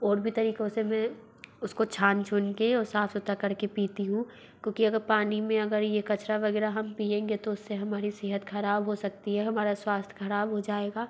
और भी तरीक़ों से मैं उसको छान छुन के और साफ़ सुथरा कर के पीती हूँ क्योंकि अगर पानी में अगर ये कचरा वग़ैरह हम पिएंगे तो उससे हमारी सेहत ख़राब हो सकती है हमारा स्वास्थ्य ख़राब हो जाएगा